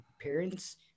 parents